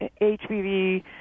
HPV